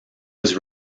was